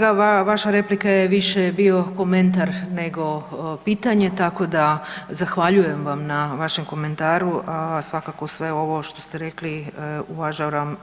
Kolega, vaša replika je više bio komentar nego pitanje tako da zahvaljujem vam na vašem komentaru, a svakako sve ovo što ste rekli